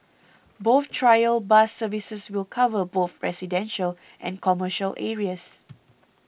both trial bus services will cover both residential and commercial areas